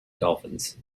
dolphins